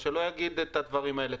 אז שלא יגיד את הדברים האלה,